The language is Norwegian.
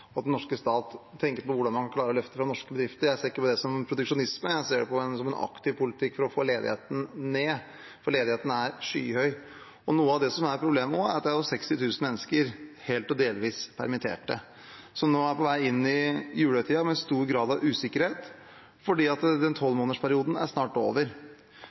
tenker på hvordan man klarer å løfte fram norske bedrifter, det ser jeg ikke på som proteksjonisme. Jeg ser på det som en aktiv politikk for å få ledigheten ned, for ledigheten er skyhøy. Noe av det som er problemet nå, er at det er 60 000 mennesker som er helt eller delvis permittert som nå er på vei inn i julehøytiden med stor grad av usikkerhet fordi tolvmånedersperioden snart er over.